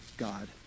God